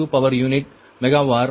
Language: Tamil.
452 பவர் யூனிட் மெகா வார்